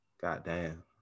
goddamn